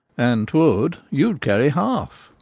an twould, you'd carry half.